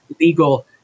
legal